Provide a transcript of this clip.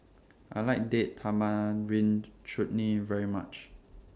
I like Date Tamarind Chutney very much